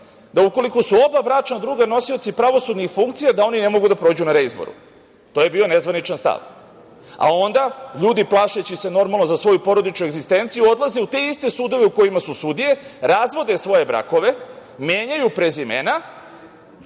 da ukoliko su oba bračna druga nosioci pravosudnih funkcija, da oni ne mogu da prođu na reizboru. To je bio nezvaničan stav. Onda, ljudi plašeći se normalno za svoju porodičnu egzistenciju odlaze u te iste sudove u kojima su sudije, razvode svoje brakove, menjaju prezimena